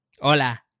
hola